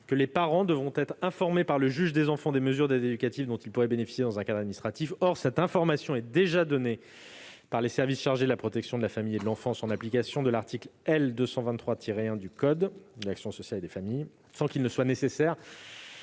les parents devront être informés par le juge des enfants des mesures d'aide éducative dont ils pourraient bénéficier dans un cadre administratif. Or cette information est déjà donnée par les services chargés de la protection de la famille et de l'enfance, en application de l'article L. 223-1 du code de l'action sociale et des familles. Il ne nous semble pas nécessaire